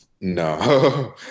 No